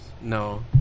No